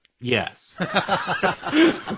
Yes